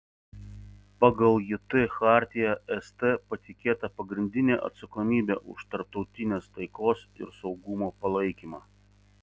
pagal jt chartiją st patikėta pagrindinė atsakomybė už tarptautinės taikos ir saugumo palaikymą